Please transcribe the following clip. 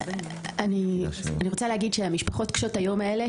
אני רוצה להגיד שהמשפחות קשות היום האלה,